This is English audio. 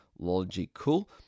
logical